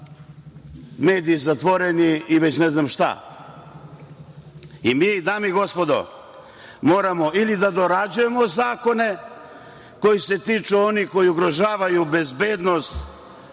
mediji zatvoreni i već ne znam šta. Dame i gospodo, mi moramo ili da dorađujemo zakone koji se tiču onih koji ugrožavaju bezbednost